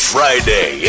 Friday